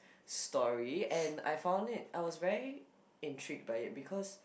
story and I found it I was very intrigued by it because